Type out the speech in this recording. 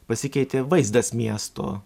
pasikeitė vaizdas miesto